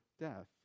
death